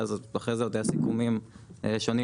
ואחרי זה עוד היו סיכומים שונים